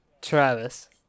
Travis